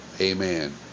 Amen